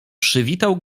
przywitał